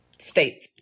State